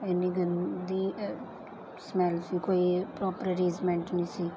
ਇੰਨੀ ਗੰਦੀ ਸਮੈਲ ਸੀ ਕੋਈ ਪ੍ਰੋਪਰ ਅਰੇਜ਼ਮੈਂਟ ਨਹੀਂ ਸੀ